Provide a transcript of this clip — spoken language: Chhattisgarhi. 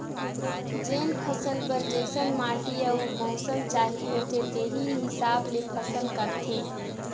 जेन फसल बर जइसन माटी अउ मउसम चाहिए होथे तेही हिसाब ले फसल करथे